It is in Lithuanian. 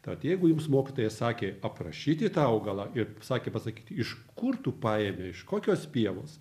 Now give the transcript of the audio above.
tad jeigu jums mokytojas sakė aprašyti tą augalą ir sakė pasakyti iš kur tu paėmei iš kokios pievos